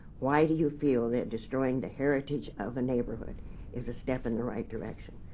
why do you feel that destroying the heritage of the neighborhood is a step in the right direction?